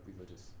religious